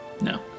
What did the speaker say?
No